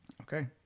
Okay